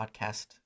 podcast